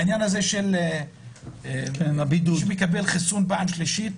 העניין הזה של מי שמקבל חיסון פעם שלישית,